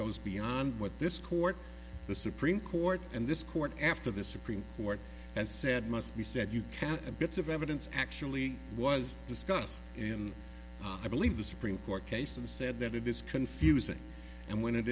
goes beyond what this court the supreme court and this court after the supreme court has said must be said you can't a bits of evidence actually was discussed in i believe the supreme court case and said that it is confusing and when it